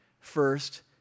first